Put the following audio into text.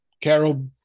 Carol